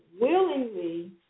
willingly